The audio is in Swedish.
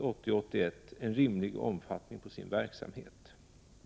81 en rimlig omfattning på sin verksamhet.